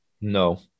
No